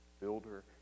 Builder